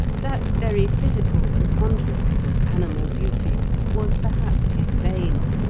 that very physical preponderance and animal beauty was perhaps his bane,